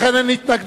לכן אין התנגדויות.